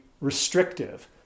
restrictive